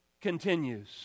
continues